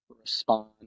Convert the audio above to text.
Respond